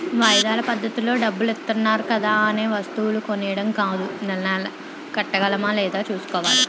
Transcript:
వాయిదా పద్దతిలో డబ్బులిత్తన్నారు కదా అనే వస్తువులు కొనీడం కాదూ నెలా నెలా కట్టగలమా లేదా సూసుకోవాలి